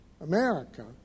America